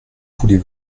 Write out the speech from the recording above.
voulez